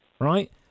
right